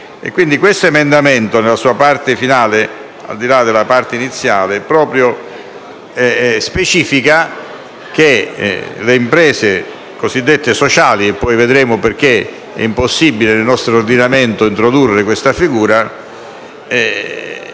Quindi, l'emendamento 6.201, nella sua parte finale e al di là della parte iniziale, specifica che le imprese cosiddette sociali - poi vedremo perché è impossibile nel nostro ordinamento introdurre questa figura